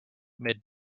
mid